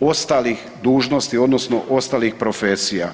ostalih dužnosti odnosno ostalih profesija.